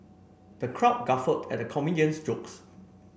the crowd guffawed at the comedian's jokes